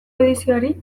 edizioari